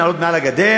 לעלות מעל הגדר,